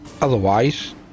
Otherwise